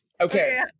Okay